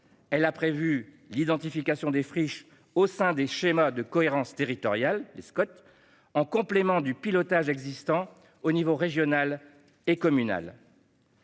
elle a prévu l'identification des friches au sein des schémas de cohérence territoriale (Scot), en complément du pilotage existant aux échelons régional et communal.